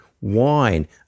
wine